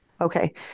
okay